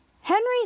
Henry